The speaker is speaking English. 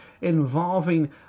involving